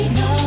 no